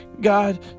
God